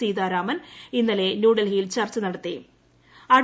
സീതാരാമൻ ഇന്നലെ ന്യൂഡൽഹിയിൽ ചർച്ച ചെയ്തു